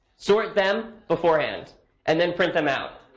sort them beforehand and then print them out.